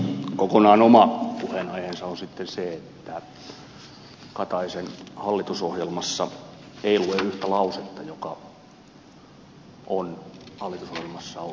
kokonaan oma puheenaiheensa on sitten se että kataisen hallitusohjelmassa ei lue yhtä lausetta joka on hallitusohjelmassa ollut monta kertaa